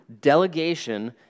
delegation